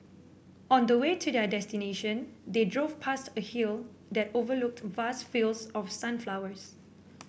on the way to their destination they drove past a hill that overlooked vast fields of sunflowers